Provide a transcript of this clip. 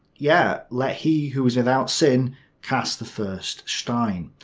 yeah, let he who is without sin cast the first stein.